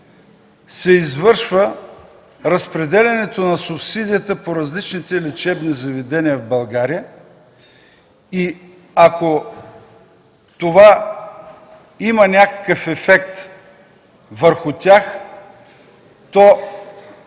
се извършва разпределянето на субсидията по различните лечебни заведения в България? Ако това има някакъв ефект върху тях, то